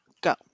Go